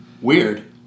Weird